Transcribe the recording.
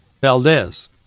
Valdez